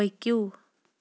پٔکِو